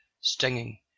stinging